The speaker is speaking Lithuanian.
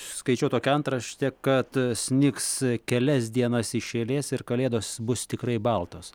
skaičiau tokią antraštę kad snigs kelias dienas iš eilės ir kalėdos bus tikrai baltos